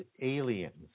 aliens